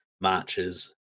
matches